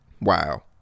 Wow